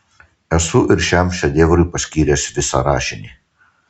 esu ir šiam šedevrui paskyręs visą rašinį